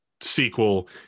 sequel